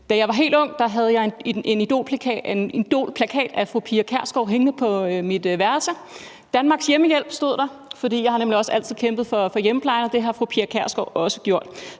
da jeg var helt ung, havde jeg en plakat af fru Pia Kjærsgaard hængende på mit værelse. »Danmarks hjemmehjælp« stod der. Jeg har nemlig også altid kæmpet for hjemmeplejen, og det har fru Pia Kjærsgaard også gjort,